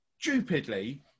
stupidly